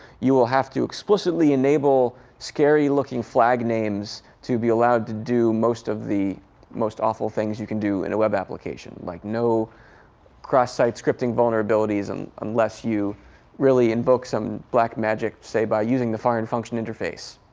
you will have to explicitly enable scary looking flag names to be allowed to do most of the most awful things you can do in a web application, like no cross site scripting vulnerabilities and unless you really invoke some black magic, say, by using the foreign function interface.